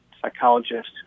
psychologist